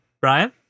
Brian